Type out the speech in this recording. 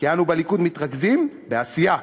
כי אנו בליכוד מתרכזים בעשייה.